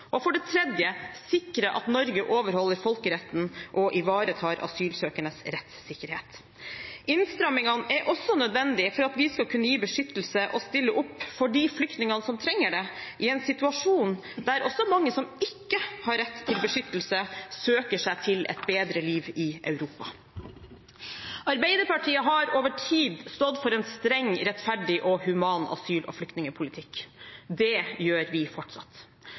vårt. For det tredje: Sikre at Norge overholder folkeretten og ivaretar asylsøkernes rettssikkerhet. Innstrammingene er også nødvendige for at vi skal kunne gi beskyttelse og stille opp for de flyktningene som trenger det, i en situasjon der også mange som ikke har rett til beskyttelse, søker seg til et bedre liv i Europa. Arbeiderpartiet har over tid stått for en streng, rettferdig og human asyl- og flyktningpolitikk. Det gjør vi fortsatt.